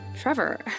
Trevor